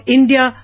India